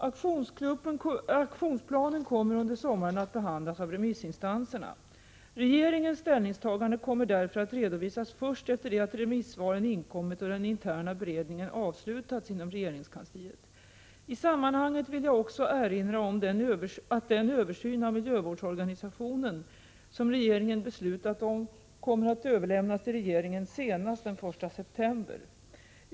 Aktionsplanen kommer under sommaren att behandlas av remissinstanserna. Regeringens ställningstagande kommer därför att redovisas först efter det att remissvaren inkommit och den interna beredningen avslutats inom regeringskansliet. I sammanhanget vill jag också erinra om att den översyn av miljövårdsorganisationen som regeringen beslutat om kommer att överlämnas till regeringen senast den 1 september.